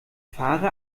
fahre